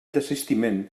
desistiment